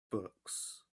books